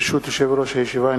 ברשות יושב-ראש הישיבה,